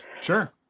Sure